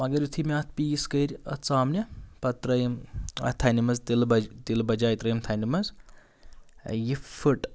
مگر یُتھٕے مےٚ اَتھ پیٖس کٔرۍ اَتھ ژامنہِ پَتہٕ ترٛٲیِم اَتھ تھَنہِ منٛز تِلہٕ بجا تِلہٕ بجاے ترٛٲیِم تھَنہِ منٛز یہِ فٕٹ